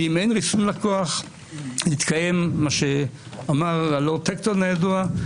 ואם אין ריסון הכוח יתקיים מה שאמר הלורד אקטון הידוע: